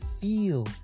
feel